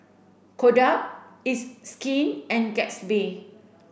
Kodak it's Skin and Gatsby